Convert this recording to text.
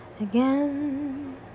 again